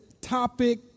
topic